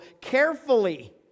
carefully